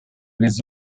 les